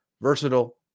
versatile